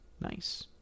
Nice